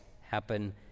happen